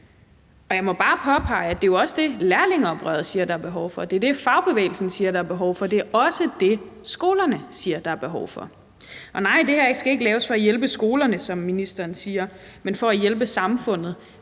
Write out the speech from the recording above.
Jeg må bare påpege, at det også er det, som lærlingeoprøret siger at der er behov for; det er det, fagbevægelsen siger at der er behov for; det er også det, skolerne siger at der er behov for. Og nej, det her skal ikke laves for at hjælpe skolerne, som ministeren siger, men for at hjælpe samfundet.